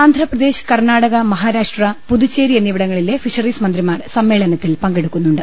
ആന്ധ്രപ്രദേശ് കർണ്ണാടക മഹാരാഷ്ട്ര പുതുച്ചേരി എന്നിവിടങ്ങ ളിലെ ഫിഷറീസ് മന്ത്രിമാർ സമ്മേളനത്തിൽ പ്ങ്കെടുക്കുന്നുണ്ട്